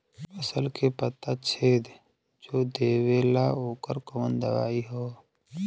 फसल के पत्ता छेद जो देवेला ओकर कवन दवाई ह?